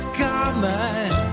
comment